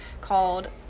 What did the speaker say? called